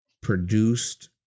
produced